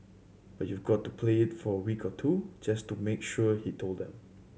but you've got to play it for a week or two just to make sure he told them